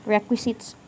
Requisites